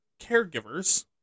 caregivers